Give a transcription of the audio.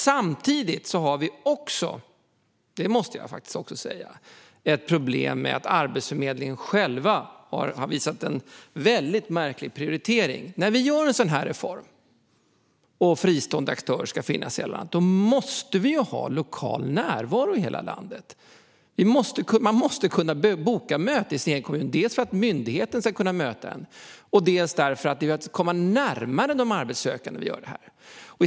Samtidigt har vi ett problem med att Arbetsförmedlingen själv har visat en väldigt märklig prioritering. När vi gör en sådan här reform och fristående aktörer ska finnas i hela landet måste vi ju ha lokal närvaro där. Man måste kunna boka möten i sin egen kommun för att myndigheten ska kunna möta en; det är ju för att komma närmare de arbetssökande som vi gör detta.